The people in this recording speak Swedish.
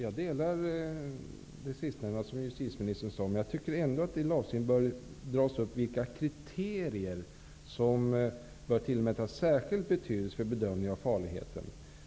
Herr talman! Jag delar det justitieministern sade nu senast. Jag tycker ändå att det i lagstiftningen bör anges vilka kriterier som bör tillmätas särskild betydelse vid bedömningen av farligheten.